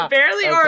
Barely